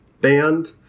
band